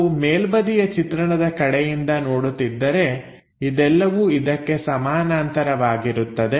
ನಾವು ಮೇಲ್ಬದಿಯ ಚಿತ್ರಣದ ಕಡೆಯಿಂದ ನೋಡುತ್ತಿದ್ದರೆ ಇದೆಲ್ಲವೂ ಇದಕ್ಕೆ ಸಮಾನಾಂತರವಾಗಿರುತ್ತದೆ